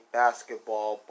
basketball